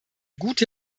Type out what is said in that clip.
gute